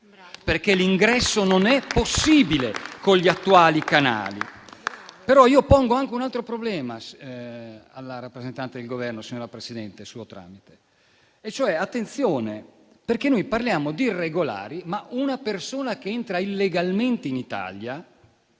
L'ingresso non è possibile con gli attuali canali. Io pongo anche un altro problema alla rappresentante del Governo per suo tramite, signora Presidente. Attenzione, perché noi parliamo di irregolari, ma una persona che entra illegalmente in Italia